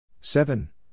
seven